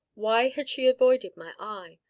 why had she avoided my eye?